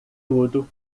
tudo